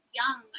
young